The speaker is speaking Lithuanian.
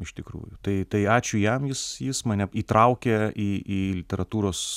iš tikrųjų tai tai ačiū jam jis jis mane įtraukė į į literatūros